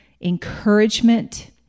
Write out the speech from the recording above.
encouragement